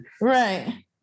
Right